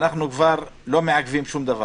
אנחנו לא מעכבים שום דבר.